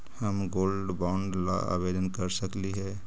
हम gold bond ला आवेदन कर सकली हे?